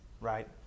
right